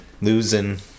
losing